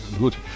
goed